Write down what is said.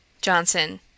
Johnson